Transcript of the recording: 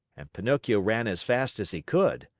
and pinocchio ran as fast as he could.